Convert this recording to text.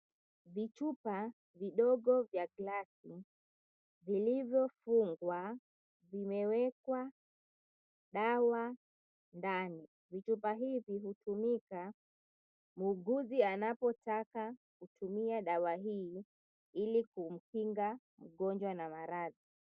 Vichupa vidogo vya glasi, vilivyofungwa, vimewekwa dawa ndani. Vichupa hivi hutumika muuguzi anapotaka kutumia dawa hii, ili kumkinga mgonjwa na maradhi.